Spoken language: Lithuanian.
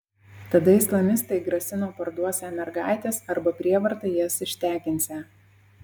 tada islamistai grasino parduosią mergaites arba prievarta jas ištekinsią